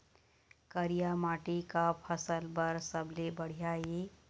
करिया माटी का फसल बर सबले बढ़िया ये?